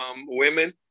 women